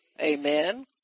amen